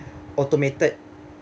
automated